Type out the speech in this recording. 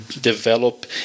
develop